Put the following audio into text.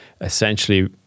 essentially